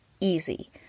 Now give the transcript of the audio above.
Easy